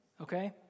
Okay